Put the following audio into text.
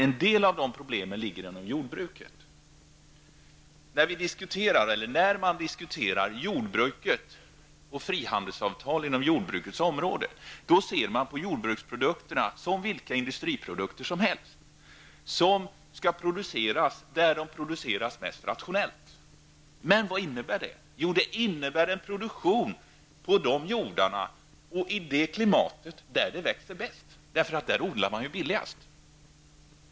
En del av dessa problem finns inom jordbruket. När man diskuterar jordbruket och frihandelsavtal inom jordbrukets område, ser man på jordbruksprodukterna som på vilka andra industriprodukter som helst. Jordbrukets produkter skall framställas där det är mest rationellt. Vad innebär då detta? Jo, det innebär en produktion på de jordar och i det klimat där det växer bäst, eftersom det är billigast att odla där.